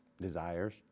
desires